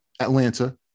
atlanta